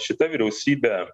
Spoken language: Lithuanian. šita vyriausybė